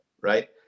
right